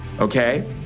okay